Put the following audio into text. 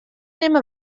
nimme